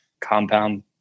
Compound